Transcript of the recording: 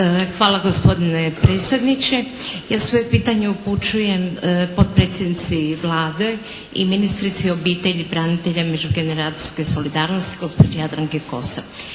Hvala gospodine predsjedniče. Ja svoje pitanje upućujem potpredsjednici Vlade i ministrici obitelji, branitelja i međugeneracijske solidarnosti, gospođi Jadranki Kosor.